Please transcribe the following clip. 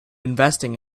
investing